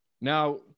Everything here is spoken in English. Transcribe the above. Now